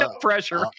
pressure